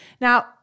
Now